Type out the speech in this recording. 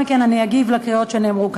בבקשה, גברתי.